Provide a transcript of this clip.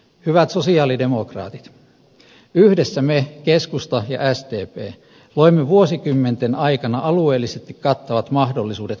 hyvät sosialidemokraatit yhdessä me keskusta ja sdp loimme vuosikymmenten aikana alueellisesti kattavat mahdollisuudet kouluttautua